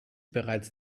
bereits